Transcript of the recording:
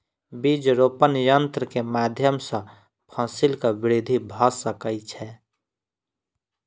बीज रोपण यन्त्र के माध्यम सॅ फसीलक वृद्धि भ सकै छै